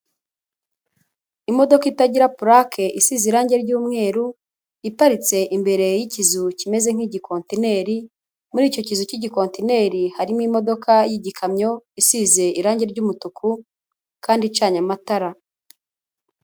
Imodoka itagira purake isize irangi ry'umweru, iparitse imbere y'ikizu kimeze nk'igikontineri, muri icyo kizu cy'igikontineri harimo imodoka y'igikamyo, isize irangi ry'umutuku kandi icanye amatara.